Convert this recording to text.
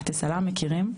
מכירים?